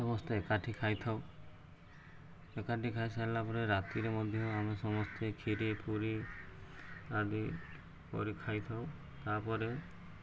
ସମସ୍ତେ ଏକାଠି ଖାଇଥାଉ ଏକାଠି ଖାଇ ସାରିଲା ପରେ ରାତିରେ ମଧ୍ୟ ଆମେ ସମସ୍ତେ କ୍ଷୀରି ପୁରି ଆଦି କରି ଖାଇଥାଉ ତାପରେ